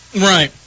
Right